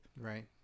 Right